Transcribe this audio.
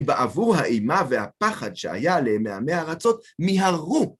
בעבור האימה והפחד שהיה להם מעמי ארצות, מיהרו